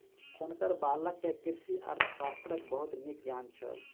हुनकर बालक के कृषि अर्थशास्त्रक बहुत नीक ज्ञान छल